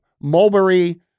Mulberry